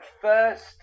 first